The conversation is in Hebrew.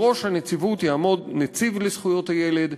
בראש הנציבות יעמוד נציב לזכויות הילד.